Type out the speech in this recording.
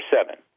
seven